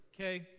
Okay